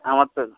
আমার তো